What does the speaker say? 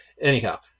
anyhow